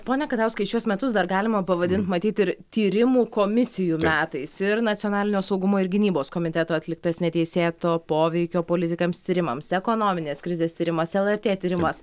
pone katauskai šiuos metus dar galima pavadint matyt ir tyrimų komisijų metais ir nacionalinio saugumo ir gynybos komiteto atliktas neteisėto poveikio politikams tyrimams ekonominės krizės tyrimas lrt tyrimas